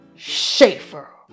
Schaefer